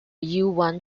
yuan